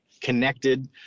connected